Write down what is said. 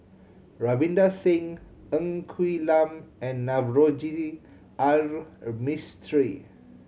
Ravinder Singh Ng Quee Lam and Navroji R Mistri